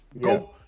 Go